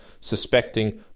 suspecting